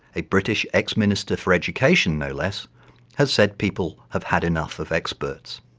a british ex minister for education no less has said people have had enough of experts.